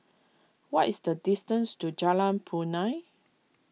what is the distance to Jalan Punai